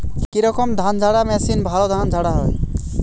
কি রকম ধানঝাড়া মেশিনে ভালো ধান ঝাড়া হয়?